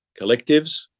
collectives